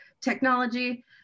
technology